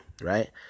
right